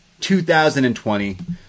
2020